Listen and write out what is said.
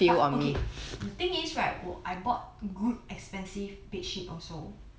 but okay the thing is right 我 I bought good expensive bed sheet also